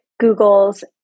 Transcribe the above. Google's